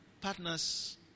partners